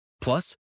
Plus